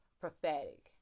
prophetic